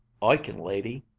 i kin, lady,